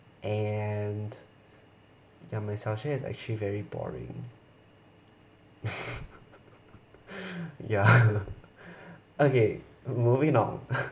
and you are my sunshine is actually very boring ya okay moving on